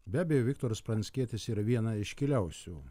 be abejo viktoras pranckietis yra viena iškiliausių